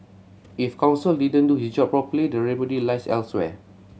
if counsel didn't do his job properly the remedy lies elsewhere